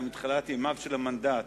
אלא מתחילת ימיו של המנדט,